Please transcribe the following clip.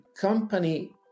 company